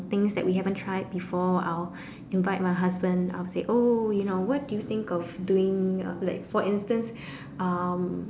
things that we haven't tried before I'll invite my husband I would say oh you know what do you think of doing uh like for instance um